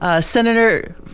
Senator